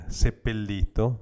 seppellito